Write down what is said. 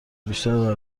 بیشتر